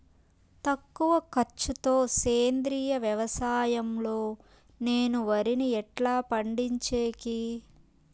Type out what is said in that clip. తక్కువ ఖర్చు తో సేంద్రియ వ్యవసాయం లో నేను వరిని ఎట్లా పండించేకి?